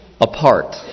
Apart